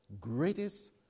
greatest